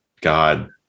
God